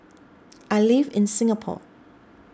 I live in Singapore